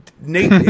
Nate